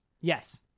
Yes